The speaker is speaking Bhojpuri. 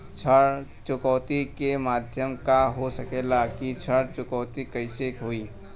ऋण चुकौती के माध्यम का हो सकेला कि ऋण चुकौती कईसे होई?